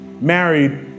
married